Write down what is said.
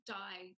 die